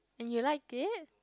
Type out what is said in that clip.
and you liked it